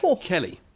Kelly